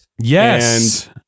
Yes